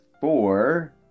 four